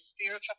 spiritual